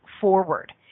forward